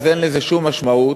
אז אין לזה שום משמעות,